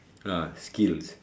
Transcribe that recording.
ah skills